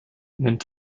nennt